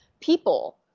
people